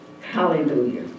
Hallelujah